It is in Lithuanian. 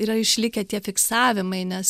yra išlikę tie fiksavimai nes